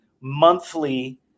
monthly